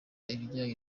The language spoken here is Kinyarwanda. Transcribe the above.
ibijyanye